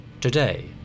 Today